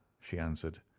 she answered,